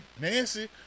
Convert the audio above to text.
Nancy